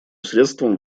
средством